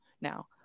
now